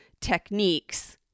techniques